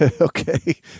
Okay